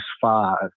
five